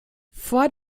vor